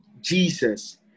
Jesus